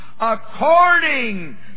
according